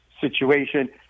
situation